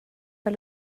pas